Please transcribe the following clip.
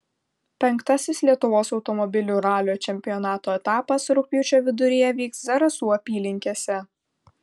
penktasis lietuvos automobilių ralio čempionato etapas rugpjūčio viduryje vyks zarasų apylinkėse